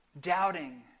doubting